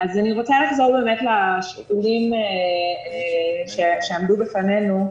רוצה לחזור באמת לשיקולים שעמדו בפנינו,